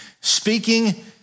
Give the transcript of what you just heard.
speaking